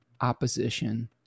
opposition